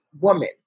woman